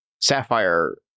sapphire